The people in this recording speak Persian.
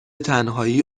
تنهایی